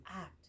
act